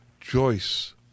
Joyce